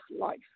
life